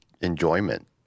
enjoyment